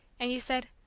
and you said,